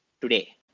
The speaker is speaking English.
today